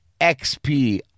XP